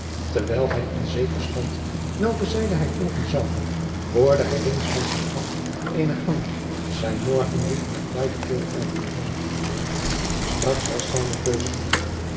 terwijl hij onzeker stond welke zijde hij volgen zoude hoorde hij links van zich af eenen haan zijn morgenlied met luider keel aanheffen straks was zijne keuze gedaan